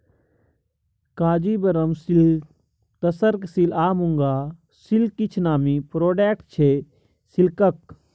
Kanjeevaram silk, tussar silk आ muga silk किछ नामी प्रोडक्ट छै सिल्कक